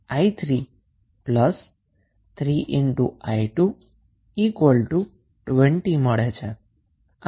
𝑖15 છે તો આ i3 3i2 20 બને છે